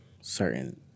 certain